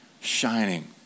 shining